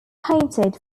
painted